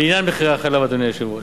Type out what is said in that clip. לעניין מחירי החלב, אדוני היושב-ראש,